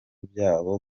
byabo